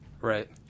Right